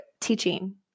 teaching